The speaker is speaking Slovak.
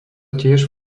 tiež